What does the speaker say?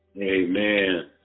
Amen